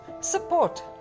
support